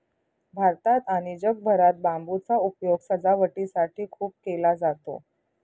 भारतात आणि जगभरात बांबूचा उपयोग सजावटीसाठी खूप केला जातो